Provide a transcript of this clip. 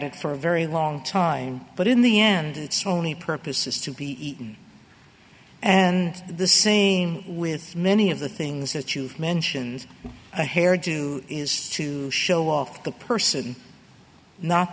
it for a very long time but in the end its only purpose is to be eaten and the same with many of the things that you mentioned a hairdo is to show off the person n